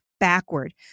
backward